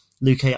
Luke